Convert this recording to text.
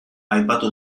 aipatu